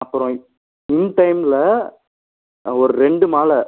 அப்புறம் இன்டைம்ல ஒரு ரெண்டு மாலை